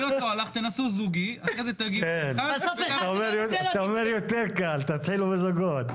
על קיום הדיון,